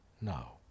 now